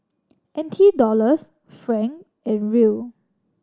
N T Dollars franc and Riel